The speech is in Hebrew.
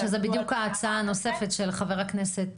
שזה בדיוק ההצעה הנוספת של חבר הכנסת